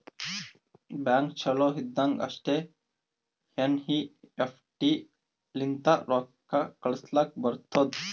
bank ಚಾಲು ಇದ್ದಾಗ್ ಅಷ್ಟೇ ಎನ್.ಈ.ಎಫ್.ಟಿ ಲಿಂತ ರೊಕ್ಕಾ ಕಳುಸ್ಲಾಕ್ ಬರ್ತುದ್